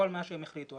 כל מה שהם יחליטו,